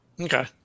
Okay